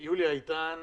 יוליה איתן,